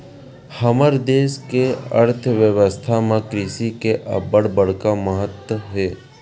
हमर देस के अर्थबेवस्था म कृषि के अब्बड़ बड़का महत्ता हे